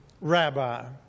Rabbi